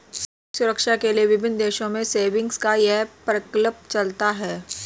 सामाजिक सुरक्षा के लिए विभिन्न देशों में सेविंग्स का यह प्रकल्प चलता है